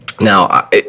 Now